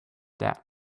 that